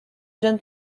jeune